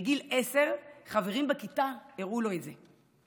בגיל עשר חברים בכיתה הראו לו את זה.